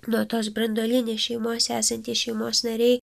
nuo tos branduolinės šeimos esantys šeimos nariai